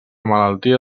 malaltia